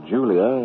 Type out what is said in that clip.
Julia